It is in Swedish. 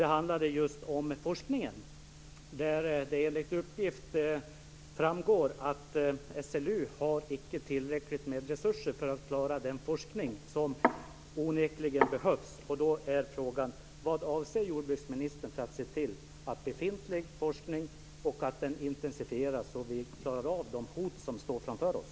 Det handlade just om forskningen. Där framgår enligt uppgift att SLU icke har tillräcklig med resurser för att klara den forskning som onekligen behövs. Vad avser jordbruksministern göra för att se till att befintlig forskning intensifieras så att vi klarar av de hot som står framför oss?